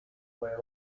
fue